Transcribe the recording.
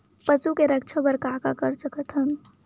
पशु के रक्षा बर का कर सकत हन?